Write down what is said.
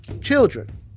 Children